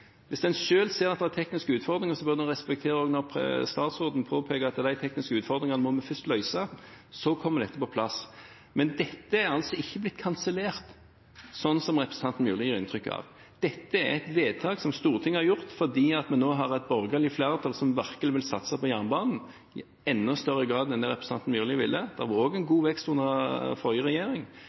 Hvis en selv ser at det er tekniske utfordringer, bør en også respektere det når statsråden påpeker at de tekniske utfordringene må vi først løse, og så kommer dette på plass. Men dette er altså ikke blitt kansellert, slik som representanten Myrli gir inntrykk av. Dette er et vedtak som Stortinget har gjort fordi vi nå har et borgerlig flertall som virkelig vil satse på jernbanen, i enda større grad enn det representanten Myrli ville – det var også en god vekst under forrige regjering.